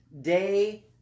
day